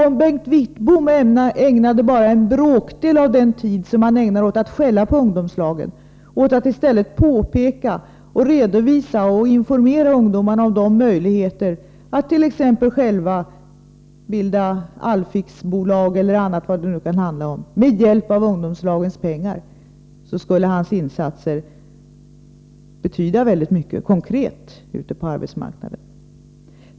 Om Bengt Wittbom ägnade bara en bråkdel av den tid som han ägnar åt att skälla på ungdomslagen till att i stället påpeka, redovisa och informera ungdomarna om de möjligheter som finns att själva bilda t.ex. allfixbolag eller annan verksamhet, vad den nu kan handla om, med hjälp av ungdomslagens pengar, skulle hans insatser konkret betyda mycket ute på arbetsmarknaden.